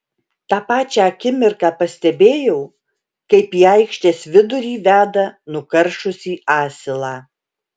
tą pačią akimirką pastebėjau kaip į aikštės vidurį veda nukaršusį asilą